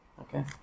Okay